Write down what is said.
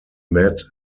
met